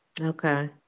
Okay